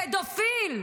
פדופיל,